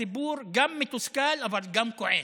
הציבור גם מתוסכל אבל גם כועס.